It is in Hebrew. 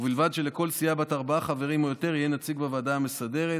ובלבד שלכל סיעה בת ארבעה חברים או יותר יהיה נציג בוועדה המסדרת".